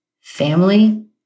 family